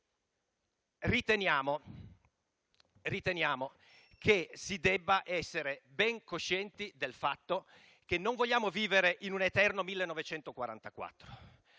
riteniamo che si debba essere ben coscienti del fatto che non vogliamo vivere in un eterno 1944.